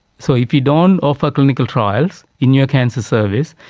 so if you don't offer clinical trials in your cancer service,